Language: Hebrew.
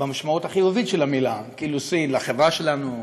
במשמעות החיובית של המילה "קילוסין" לחברה שלנו,